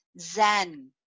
Zen